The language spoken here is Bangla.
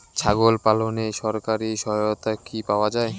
ছাগল পালনে সরকারি সহায়তা কি পাওয়া যায়?